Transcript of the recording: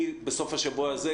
אני בסוף השבוע הזה,